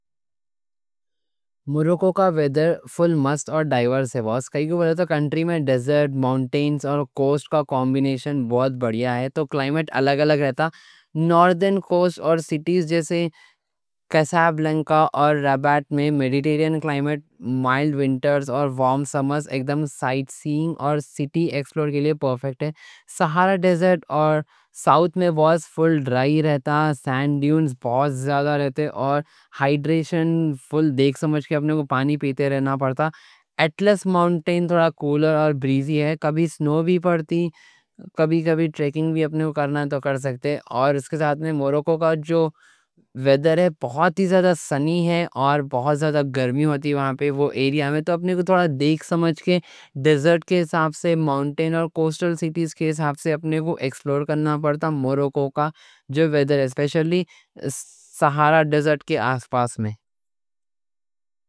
موروکو کا ویدر فل مست اور ڈائیورس ہے، واسطے کائیں کوں بولے تو کنٹری میں ڈیزرٹ، ماؤنٹینز اور کوسٹ کا کومبینیشن بہت بڑیا ہے تو کلائمیٹ الگ الگ رہتا نوردن کوسٹ اور سٹیز جیسے کیسابلانکا اور رباط میں میڈیٹرینین کلائمیٹ، مائلڈ ونٹرز اور وارم سمرز اکدم سائٹ سیئنگ اور سِٹی ایکسپلور کے لئے پرفیکٹ ہے سہارا ڈیزرٹ اور ساؤتھ میں وہاں فل ڈرائی رہتا سینڈ ڈیونز بہت زیادہ رہتے اور ہائیڈریشن فل دیکھ سمجھ کے اپنے کو پانی پیتے رہنا پڑتا اٹلس ماؤنٹینز تھوڑا کولر اور بریزی ہے کبھی سنو بھی پڑتی، کبھی کبھی ٹریکنگ بھی اپنے کو کرنا تو کر سکتے اور اس کے ساتھ میں موروکو کا جو ویدر ہے بہت زیادہ سنی ہے اور بہت زیادہ گرمی ہوتی وہاں پہ وہ ایریا میں تو اپنے کو تھوڑا دیکھ سمجھ کے ڈیزرٹ کے حساب سے، ماؤنٹین اور کوسٹل سٹیز کے حساب سے اپنے کو ایکسپلور کرنا پڑتا موروکو کا جو ویدر اسپیشلی سہارا ڈیزرٹ کے آس پاس میں